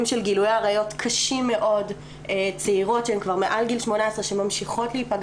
של גילויי עריות קשים מאוד צעירות שהן כבר מעל גיל 18 שממשיכות להיפגע